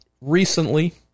recently